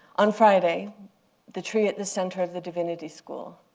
on friday the tree at the center of the divinity school,